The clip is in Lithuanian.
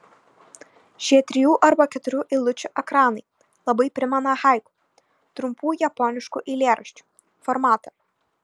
šie trijų arba keturių eilučių ekranai labai primena haiku trumpų japoniškų eilėraščių formatą